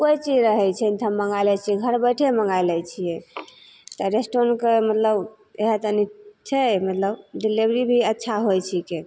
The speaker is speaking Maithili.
कोइ चीज रहय छै तऽ हम मँगा लै छी घर बैठे मँगा लै छियै तऽ रेस्टोरेन्टके मतलब इएहे तनि छै मतलब डिलेवरी भी अच्छा होइ छिकै